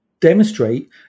demonstrate